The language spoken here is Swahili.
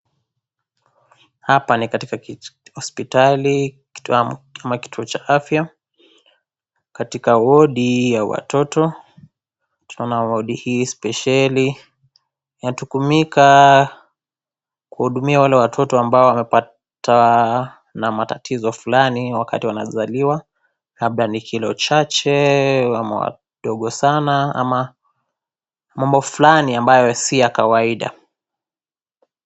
Hapa ni katika hospitali ama kituo cha afya katika wodi ya watoto, tunaona wodi hii spesheli inatumika kuhudumia wale watoto ambao wamepatwa na matatizo fulani wakati wa kuzaliwa labda ni kilo chache ama wadogo sana ama mambo fulani ambayo si ya kawaida.